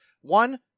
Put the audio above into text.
One